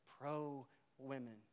pro-women